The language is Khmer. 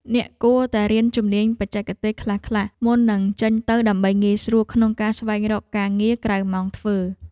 អ្នកគួរតែរៀនជំនាញបច្ចេកទេសខ្លះៗមុននឹងចេញទៅដើម្បីងាយស្រួលក្នុងការស្វែងរកការងារក្រៅម៉ោងធ្វើ។